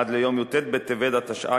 עד ליום י"ט בטבת התשע"ג,